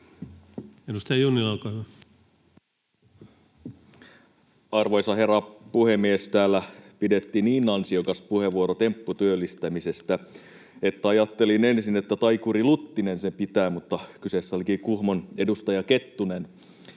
Arvoisa herra puhemies! Täällä pidettiin niin ansiokas puheenvuoro tempputyöllistämisestä, että ajattelin ensin, että Taikuri Luttinen sen pitää, mutta kyseessä olikin Kuhmon edustaja Kettunen.